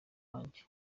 wanjye